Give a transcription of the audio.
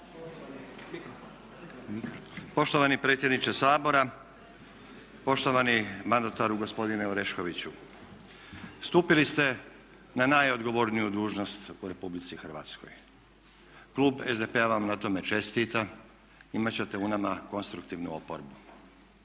Poštovani predsjedniče Sabora, poštovani mandataru gospodine Oreškoviću stupili ste na najodgovorniju dužnost u RH. Klub SDP-a vam na tome čestita, imat ćete u nama konstruktivnu oporbu.